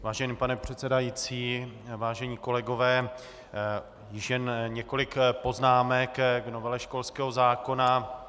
Vážený pane předsedající, vážení kolegové, již jen několik poznámek k novele školského zákona.